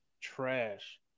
trash